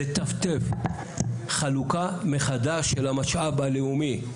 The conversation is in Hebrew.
צריך לטפטף חלוקה מחדש של המשאב הלאומי,